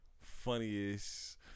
Funniest